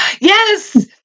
Yes